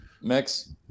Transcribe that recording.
mix